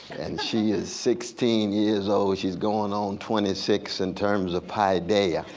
and she is sixteen years old. she's going on twenty six in terms of paideia.